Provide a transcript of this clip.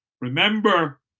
Remember